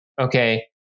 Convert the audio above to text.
Okay